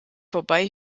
vorbei